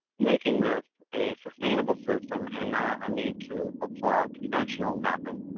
making this a sustainable system and not a need to apply a conventional method,